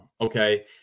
Okay